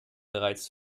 bereits